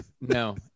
no